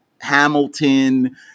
Hamilton